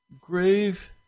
grave